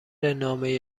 نامه